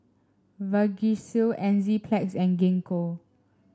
Vagisil Enzyplex and Gingko